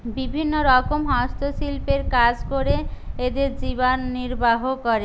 বিভিন্নরকম হস্তশিল্পের কাজ করে এদের জীবান নির্বাহ করে